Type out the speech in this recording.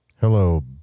Hello